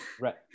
Right